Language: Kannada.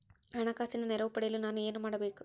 ಹಣಕಾಸಿನ ನೆರವು ಪಡೆಯಲು ನಾನು ಏನು ಮಾಡಬೇಕು?